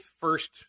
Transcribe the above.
first